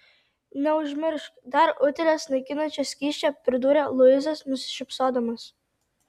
neužmiršk dar utėles naikinančio skysčio pridūrė luisas nusišypsodamas